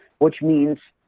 which means,